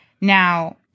Now